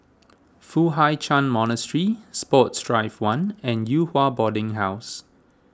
Foo Hai Ch'an Monastery Sports Drive one and Yew Hua Boarding House